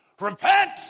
Repent